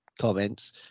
comments